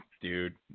Dude